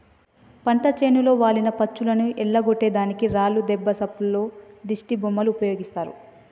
పంట చేనులో వాలిన పచ్చులను ఎల్లగొట్టే దానికి రాళ్లు దెబ్బ సప్పుల్లో దిష్టిబొమ్మలు ఉపయోగిస్తారు